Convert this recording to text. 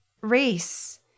race